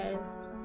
guys